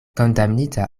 kondamnita